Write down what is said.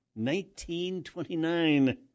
1929